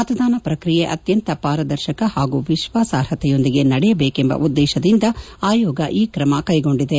ಮತದಾನ ಪ್ರಕ್ರಿಯೆ ಅತ್ಯಂತ ಪಾರದರ್ಶಕತೆ ಪಾಗೂ ವಿಶ್ವಾಸಾರ್ಹತೆಯೊಂದಿಗೆ ನಡೆಯಬೇಕೆಂಬ ಉದ್ದೇಶದಿಂದ ಆಯೋಗ ಈ ಕ್ರಮ ಕೈಗೊಂಡಿದೆ